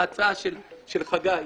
להצעה של חגי,